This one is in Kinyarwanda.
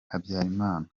habyalimana